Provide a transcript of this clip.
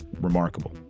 remarkable